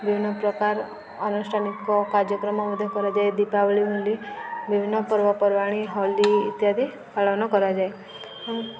ବିଭିନ୍ନ ପ୍ରକାର ଅନୁଷ୍ଠାନିକ କାର୍ଯ୍ୟକ୍ରମ ମଧ୍ୟ କରାଯାଏ ଦୀପାବଳି ହୋଲି ବିଭିନ୍ନ ପର୍ବପର୍ବାଣି ହୋଲି ଇତ୍ୟାଦି ପାଳନ କରାଯାଏ